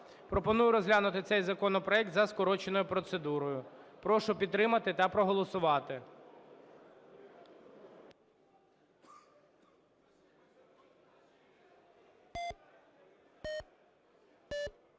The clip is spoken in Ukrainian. Пропоную розглянути цей законопроект за скороченою процедурою. Прошу підтримати та проголосувати.